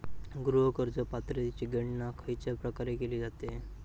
गृह कर्ज पात्रतेची गणना खयच्या प्रकारे केली जाते?